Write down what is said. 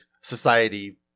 society